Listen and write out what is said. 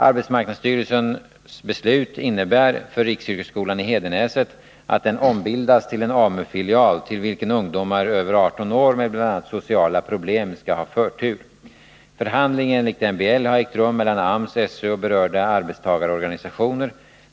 Arbetsmarknadsstyrelsens beslut innebär för riksyrkesskolan i Hedenäset att den ombildas till en AMU-filial, till vilken ungdomar över 18 år med bl.a. sociala problem skall ha förtur. Förhandling enligt MBL har ägt rum mellan AMS, SÖ och berörda arbetstagarorganisationer.